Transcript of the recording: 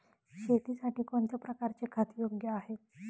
शेतीसाठी कोणत्या प्रकारचे खत योग्य आहे?